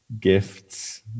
gifts